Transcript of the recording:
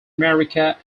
america